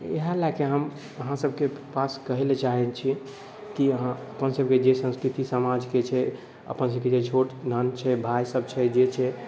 इएह लअ कऽ हम अहाँसबके पास कहै लए चाहै छी की अहाँ अपन सबके संस्कृति समाजके छै अपन सबके जे छोट भाय सब छै जे छै